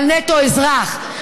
אבל "נטו אזרח",